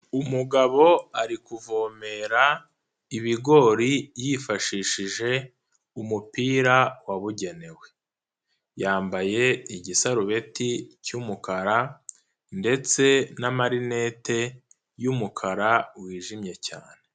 Umugabo ari kuvomera ibigori yifashishije umupira wabugenewe, yambaye igisarubeti cy'umukara ndetse n'amarinete y'umukara wijimye cyane.